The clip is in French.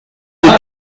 des